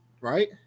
Right